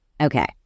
Okay